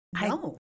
no